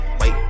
Wait